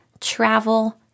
travel